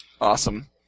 Awesome